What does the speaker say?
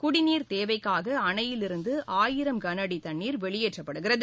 குடிநீர் தேவைக்காக அணையிலிருந்து ஆயிரம் கனஅடி தண்ணீர் வெளியேற்றப்படுகிறது